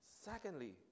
Secondly